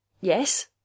Yes